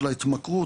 של ההתמכרות,